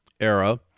era